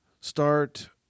Start